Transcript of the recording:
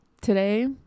today